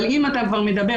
אבל אם אתה כבר מדבר,